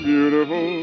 Beautiful